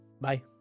Bye